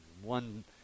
One